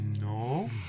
No